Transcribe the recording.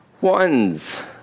ones